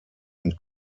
den